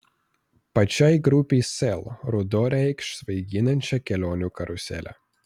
pačiai grupei sel ruduo reikš svaiginančią kelionių karuselę